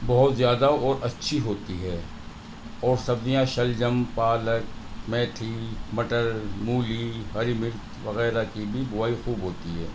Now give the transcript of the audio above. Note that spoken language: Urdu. بہت زیادہ اور اچھی ہوتی ہے اور سبزیاں شلجم پالک میتھی مٹر مولی ہری مرچ وغیرہ کی بھی بوائی خوب ہوتی ہے